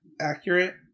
accurate